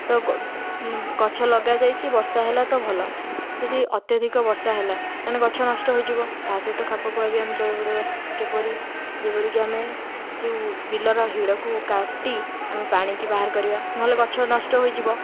ତ ଲଗାଯାଇଛି ବର୍ଷା ହେଲା ତ ଭଲ ଯଦି ଅତ୍ୟଧିକ ବର୍ଷା ହେଲା ତା'ହେଲେ ଗଛ ନଷ୍ଟ ହେଇଯିବ ତା ସହିତ ଖାପଖୁଆଇ ଆମେ ଚଳିବାକୁ ପଡ଼ିବ କିପରି ଯେପରିକି ଆମେ ଯେଉଁ ବିଲର ହିଡ଼କୁ କାଟି ଆମେ ପାଣିକି ବାହାର କରିବା ନେହେଲେ ଗଛ ନଷ୍ଟ ହୋଇଯିବ